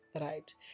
right